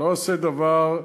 אני לא עושה דבר,